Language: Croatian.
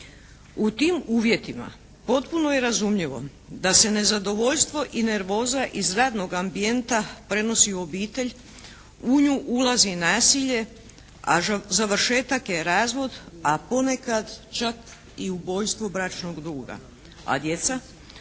U tim uvjetima potpuno je razumljivo da se nezadovoljstvo i nervoza iz radnog ambijenta unosi u obitelj. U nju ulazi nasilje, a završetak je razvod a ponekad čak i ubojstvo bračnog druga. A djeca?